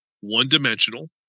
one-dimensional